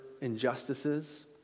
injustices